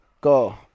go